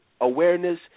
awareness